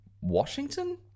Washington